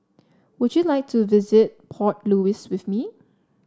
would you like to visit Port Louis with me